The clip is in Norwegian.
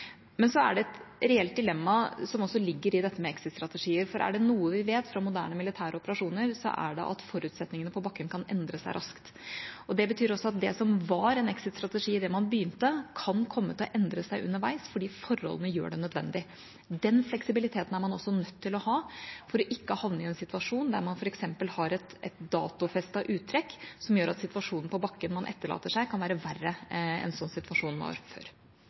Men det ligger også et reelt dilemma i dette med exit-strategier. Er det noe vi vet fra moderne militære operasjoner, er det at forutsetningene på bakken kan endre seg raskt. Det betyr også at det som var en exit-strategi idet man begynte, kan komme til å endre seg underveis fordi forholdene gjør det nødvendig. Den fleksibiliteten er man også nødt til å ha for ikke å havne i en situasjon der man f.eks. har et datofestet uttrekk som gjør at situasjonen man etterlater seg på bakken, kan være verre enn den var før.